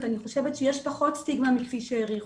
כי אני חושבת שיש פחות סטיגמה מכפי שהעריכו.